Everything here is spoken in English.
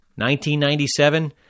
1997